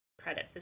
credit